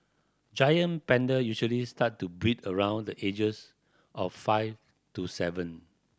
giant panda usually start to breed around the ages of five to seven